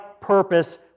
purpose